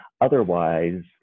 otherwise